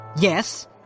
Yes